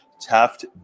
Taft